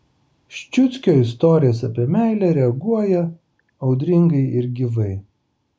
ščiuckio istorijas apie meilę reaguoja audringai ir gyvai